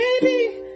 Baby